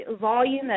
volume